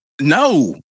No